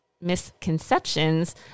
misconceptions